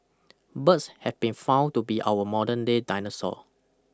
birds have been found to be our modern day dinosaur